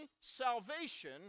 salvation